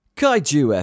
Kaiju